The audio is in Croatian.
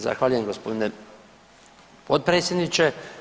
Zahvaljujem gospodine potpredsjedniče.